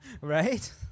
Right